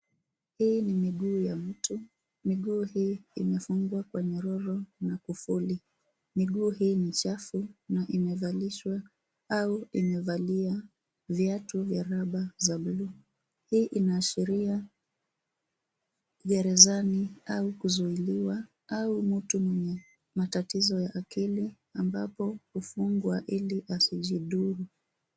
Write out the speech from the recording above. Hii ni miguu ya mtu. Miguu hii imefungwa kwa miruru na kufuli. Miguu hii ni chafu na imevalishwa au imevalia viatu vya raba za bluu. Hii inaashiria gerezani au kuzuiliwa au mtu mwenye matatizo ya akili ambapo hufungwa ili asijidhuru.